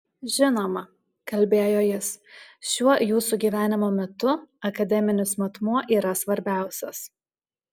žinoma kalbėjo jis šiuo jūsų gyvenimo metu akademinis matmuo yra svarbiausias